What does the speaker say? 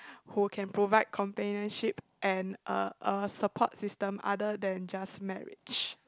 who can provide companionship and a a support system other than just marriage